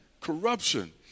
corruption